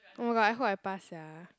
oh-my-god I hope I pass sia